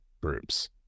groups